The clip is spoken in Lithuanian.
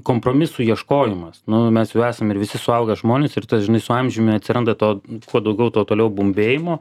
kompromisų ieškojimas nu mes jau esam ir visi suaugę žmonės ir tas žinai su amžiumi atsiranda to kuo daugiau tuo toliau bumbėjimo